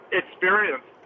experience